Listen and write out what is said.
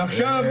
ועכשיו,